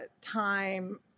time